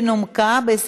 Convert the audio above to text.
ההצעה נומקה ב-12